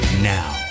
Now